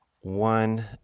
One